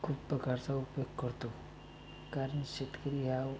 खूप प्रकारचा उपयोग करतो कारण शेतकरी ह्याव